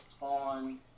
on